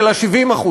אלא 70%,